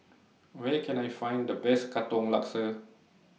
Where Can I Find The Best Katong Laksa